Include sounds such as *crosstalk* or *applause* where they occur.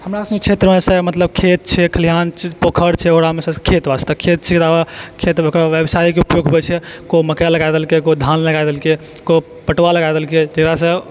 हमरा सबके क्षेत्रमे मतलब खेत छै खलिहान छै पोखर छै *unintelligible* खेतमे ओकरा व्यवसायिक उपयोग होइ छै कोई मकइ लगाए देलकै कोई धान लगाए देलकै कोई पटुआ लगा देलकै